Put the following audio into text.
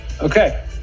okay